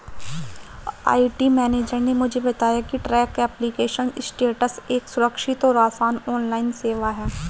IT manager ने मुझे बताया की ट्रैक एप्लीकेशन स्टेटस एक सुरक्षित और आसान ऑनलाइन सेवा है